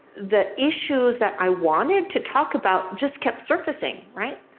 the issues that i wanted to talk about just kept surfacing, right.